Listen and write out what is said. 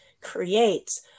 creates